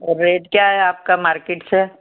और रेट क्या है आपका मार्केट से